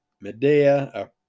Medea